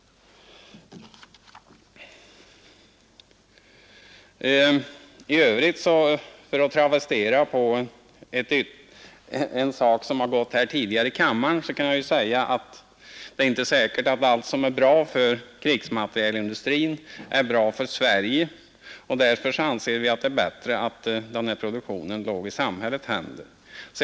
I övrigt kan man säga — för att travestera ett uttryck som gått tidigare här i riksdagen — att det inte är säkert att allt som är bra för krigsmaterielindustrins ägare är bra för Sverige. Därför anser vi att det är bättre att produktionen ligger i samhällets händer.